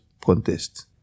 contest